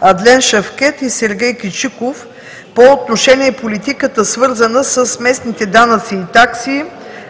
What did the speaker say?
Адлен Шевкед и Сергей Кичиков по отношение на политика, свързана с местните данъци и такси